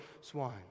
swine